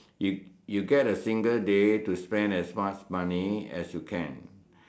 you you get a single day to spend as much money as you can